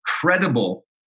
credible